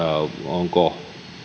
onko